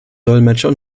dolmetscher